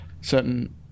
certain